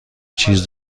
چیز